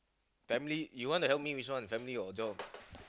family you want to help me which one family or job